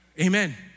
Amen